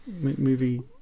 movie